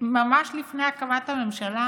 ממש לפני הקמת הממשלה,